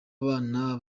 abana